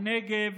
הנגב,